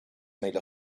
made